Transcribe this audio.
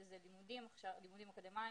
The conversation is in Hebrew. שזה לימודים אקדמאיים,